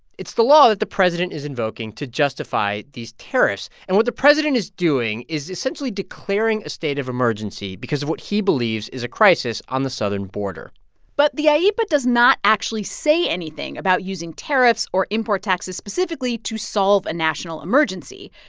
it's the law that the president is invoking to justify these tariffs. and what the president is doing is essentially declaring a state of emergency because of what he believes is a crisis on the southern border but the ieepa but does not actually say anything about using tariffs or import taxes specifically to solve a national emergency.